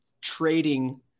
trading